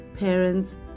Parents